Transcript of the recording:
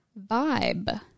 vibe